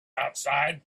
outside